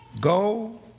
go